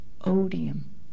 odium